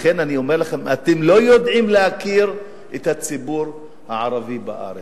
לכן אני אומר לכם שאתם לא יודעים להכיר את הציבור הערבי בארץ.